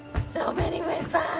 so many whispers!